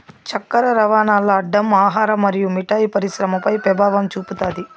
చక్కర రవాణాల్ల అడ్డం ఆహార మరియు మిఠాయి పరిశ్రమపై పెభావం చూపుతాది